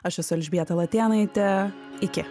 aš esu elžbieta latėnaitė iki